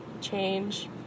change